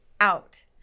out